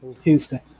Houston